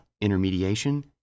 Intermediation